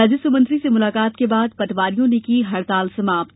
राजस्व मंत्री से मुलाकात के बाद पटवारियों ने की हड़ताल समाप्त